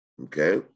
Okay